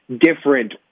different